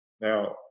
Now